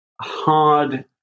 hard